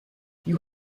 you